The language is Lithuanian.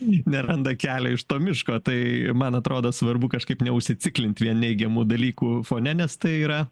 neranda kelio iš to miško tai man atrodo svarbu kažkaip neužsiciklinti vien neigiamų dalykų fone nes tai yra